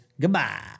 goodbye